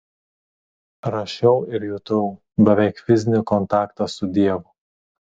rašiau ir jutau beveik fizinį kontaktą su dievu